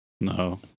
no